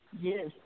Yes